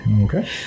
okay